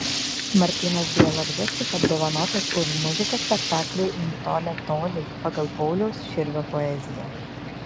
martynas bialobžeskis apdovanotas už muziką spektakliui nutolę toliai pagal pauliaus širvio poeziją